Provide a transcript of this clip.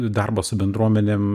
darbo su bendruomenėm